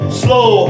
slow